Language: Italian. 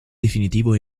definitivo